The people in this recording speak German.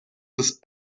des